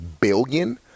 billion